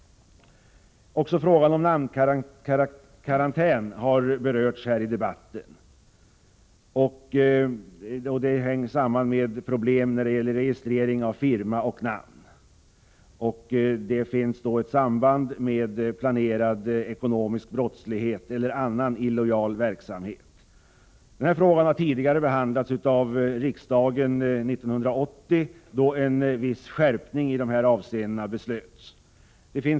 Också frågan om namnkarantän har berörts i debatten. Man har pekat på problem genom det samband som finns mellan registrering av firma och namn och planerad ekonomisk brottslighet eller annan illojal verksamhet. Frågan har tidigare behandlats av riksdagen, nämligen 1980, då en viss skärpning i dessa avseenden beslutades. Bl.